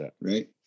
right